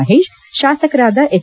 ಮಹೇಶ್ ಶಾಸಕರಾದ ಹೆಚ್